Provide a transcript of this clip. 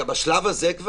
אפשר להעיר כבר בשלב הזה,